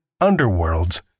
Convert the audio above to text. Underworlds